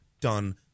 done